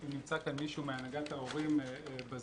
אם נמצא כאן מישהו מהנהגת ההורים בזום,